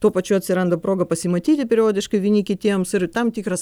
tuo pačiu atsiranda proga pasimatyti periodiškai vieni kitiems ir tam tikras